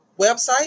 Website